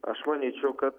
aš manyčiau kad